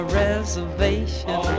reservation